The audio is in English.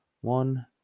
One